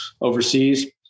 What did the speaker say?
overseas